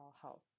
health